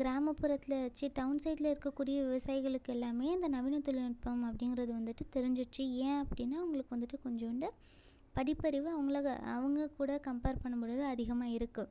கிராமப்புறத்தில் ச்சி டவுன் சைடில் இருக்கக்கூடிய விவசாயிகளுக்கு எல்லாமே அந்த நவீன தொழில்நுட்பம் அப்படிங்கிறது வந்துட்டு தெரிஞ்சிடுச்சு ஏன் அப்படினா அவங்களுக்கு வந்துட்டு கொஞ்சண்டு படிப்பறிவு அவங்களுக்கு அவங்கக்கூட கம்ப்பேர் பண்ணும்பொழுது அதிகமாக இருக்குது